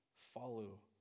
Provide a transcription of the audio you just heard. follow